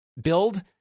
build